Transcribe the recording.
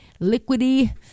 liquidy